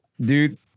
dude